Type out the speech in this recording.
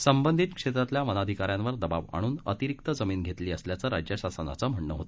संबंधित क्षेत्रातल्या वनाधिका यांवर दबाव आणून अतिरिक्त जमीन घेतली असल्याचं राज्यशासनाचं म्हणणं आहे